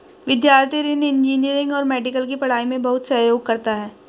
विद्यार्थी ऋण इंजीनियरिंग और मेडिकल की पढ़ाई में बहुत सहयोग करता है